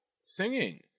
singing